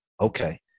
okay